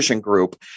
group